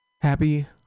Happy